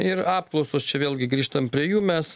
ir apklausos čia vėlgi grįžtam prie jų mes